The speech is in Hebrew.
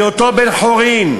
בהיותו בן-חורין,